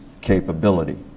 capability